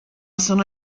sono